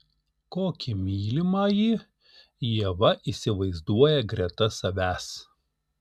kokį mylimąjį ieva įsivaizduoja greta savęs